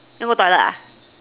you want go toilet ah